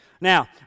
Now